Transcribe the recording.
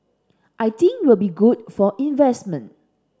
I think will be good for investment